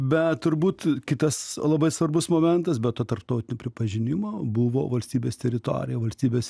bet turbūt kitas labai svarbus momentas be to tarptautinio pripažinimo buvo valstybės teritorija valstybės